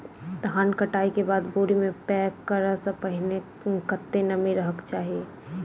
धान कटाई केँ बाद बोरी मे पैक करऽ सँ पहिने कत्ते नमी रहक चाहि?